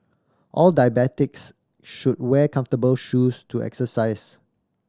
all diabetics should wear comfortable shoes to exercise